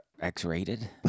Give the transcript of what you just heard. X-rated